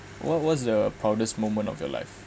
what was the proudest moment of your life